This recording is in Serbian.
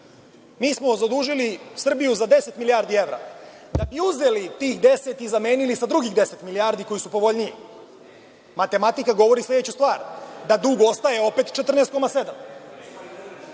mi smo zadužili Srbiju za 10 milijardi evra. Da bi uzeli tih 10 i zamenili sa drugih 10 milijardi koje su povoljnije, matematika govori sledeću stvar – da dug ostaje opet 14,7,